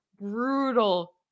brutal